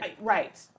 Right